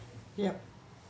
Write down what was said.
yup